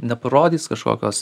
neparodys kažkokios